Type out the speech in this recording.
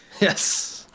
Yes